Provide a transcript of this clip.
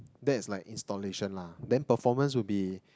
that's like installation lah then performance would be